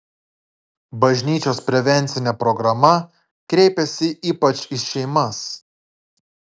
bažnyčios prevencinė programa kreipiasi ypač į šeimas